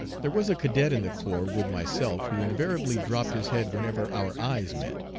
there was a cadet in the corps with myself who invariably dropped his head whenever our eyes met.